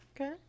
Okay